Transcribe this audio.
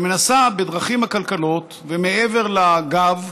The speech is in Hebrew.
שמנסה בדרכים עקלקלות ומעבר לגב,